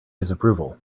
disapproval